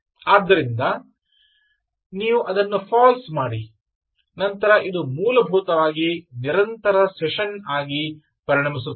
ಆದ್ದರಿಂದ ನೀವು ಅದನ್ನು False ಮಾಡಿ ನಂತರ ಇದು ಮೂಲಭೂತವಾಗಿ ನಿರಂತರ ಸೆಷನ್ ಆಗಿ ಪರಿಣಮಿಸುತ್ತದೆ